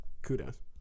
Kudos